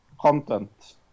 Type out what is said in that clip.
content